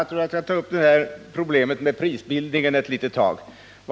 Herr talman! Jag vill ta upp problemet med prisbildningen ett litet tag.